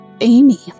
Amy